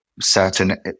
certain